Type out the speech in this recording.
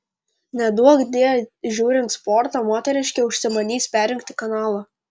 neduokdie žiūrint sportą moteriškė užsimanys perjungti kanalą